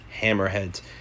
hammerheads